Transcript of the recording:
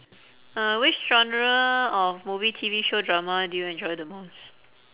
uh which genre of movie T_V show drama do you enjoy the most